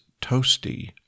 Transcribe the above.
toasty